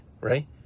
right